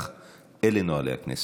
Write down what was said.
אלה נוהלי הכנסת.